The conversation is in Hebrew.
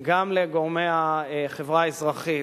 גם לגורמי החברה האזרחית,